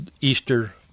Easter